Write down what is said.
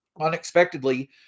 unexpectedly